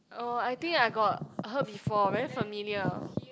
oh I think I got heard before very familiar